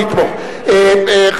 לתקציב המדינה ל-2011,